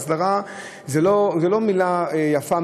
הסדרה זה לא מילה יפה,